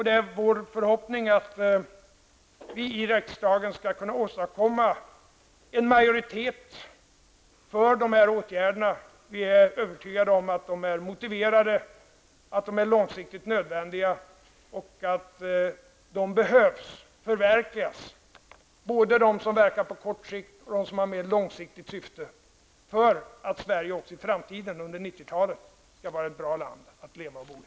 Det är vår förhoppning att vi i riksdagen skall kunna åstadkomma en majoritet för de här åtgärderna. Vi är övertygade om att de är motiverade, att de är långsiktigt nödvändiga och att de behöver förverkligas -- både de som verkar på kort sikt och de som har ett mer långsiktigt syfte för att Sverige också i framtiden, under 90-talet, skall vara ett bra land att leva och bo i.